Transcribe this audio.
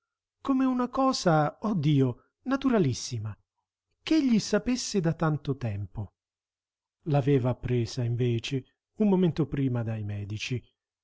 come una cosa oh dio naturalissima ch'egli sapesse da tanto tempo l'aveva appresa invece un momento prima dai medici